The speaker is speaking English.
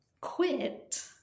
quit